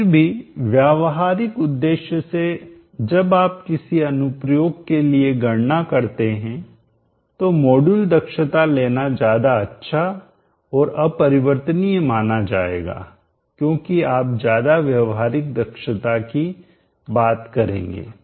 फिर भी व्यावहारिक उद्देश्य से जब आप किसी अनुप्रयोग के लिए गणना करते हैं तो मॉड्यूल दक्षताएफिशिएंसी लेना ज्यादा अच्छा और अपरिवर्तनीय माना जाएगा क्योंकि आप ज्यादा व्यवहारिक दक्षता की बात करेंगे